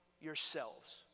yourselves